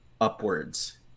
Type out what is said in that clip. upwards